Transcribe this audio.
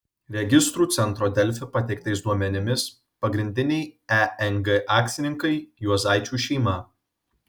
registrų centro delfi pateiktais duomenimis pagrindiniai eng akcininkai juozaičių šeima